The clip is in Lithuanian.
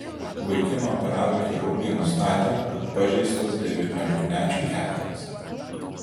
vaikiną operavę chirurgai nustatė kad pažeistos devyniolikmečio kepenys